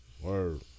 Word